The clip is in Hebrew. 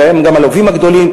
והם גם הלווים הגדולים,